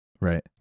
Right